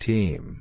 Team